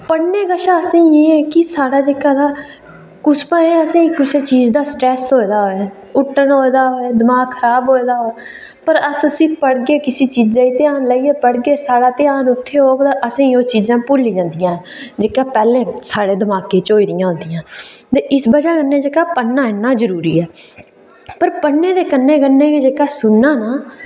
पढ़ने कशा असें गी एह् ऐ कि साढ़ा जेहका तां असें किश भामें असें कुसै चीजां दा स्ट्रैस्स होऐ दा औऐ हुट्टन होऐ दा होऐ दमाक खराब होऐ दा होऐ पर अस उसी पढ़गे किसे चीजे गी घ्यान लाइयै पढ़गे सारा घ्यान उद्धर गै रौह्ग असें ओह् चीजां भुल्ली जंदी ऐ जेहका पैह्लें साढ़े दमाकै च होई दियां होंदियां इस बजह् कन्नै जेह्का पढ़ना इन्ना जरुरी ऐ पर पढ़ने दे कन्नै कन्नै गै जेह्का सुनना नां